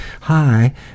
Hi